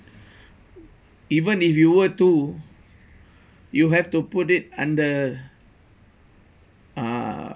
even if you were to you have to put it under uh